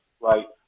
right